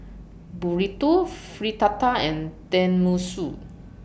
Burrito Fritada and Tenmusu